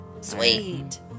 Sweet